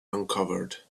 uncovered